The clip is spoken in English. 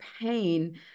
pain